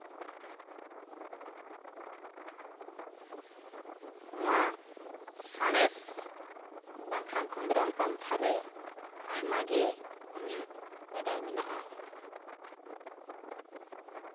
ᱱᱚᱣᱟ ᱥᱟᱬᱮᱥ ᱵᱟᱝᱠᱷᱟᱱ ᱠᱷᱚᱸᱫᱽᱨᱚᱱ ᱯᱟᱱᱛᱷᱟ ᱨᱮ ᱟᱭᱢᱟ ᱜᱮ ᱤᱧᱟᱹᱜ ᱵᱟᱰᱟᱭ ᱢᱮᱱᱟᱜᱼᱟ